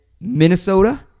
Minnesota